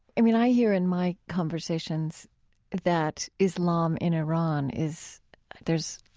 i mean, i hear in my conversations that islam in iran is there's